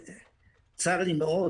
צר לי מאוד,